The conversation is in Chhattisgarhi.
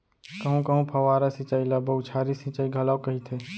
कहूँ कहूँ फव्वारा सिंचई ल बउछारी सिंचई घलोक कहिथे